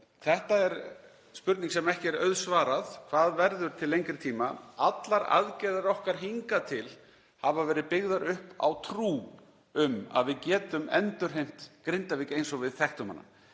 Þetta er spurning sem ekki er auðsvarað: Hvað verður til lengri tíma? Allar aðgerðir okkar hingað til hafa verið byggðar upp á trú um að við getum endurheimt Grindavík eins og við þekktum hana.